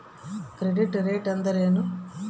Credit rate ಅಂದರೆ ಏನು?